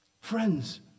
Friends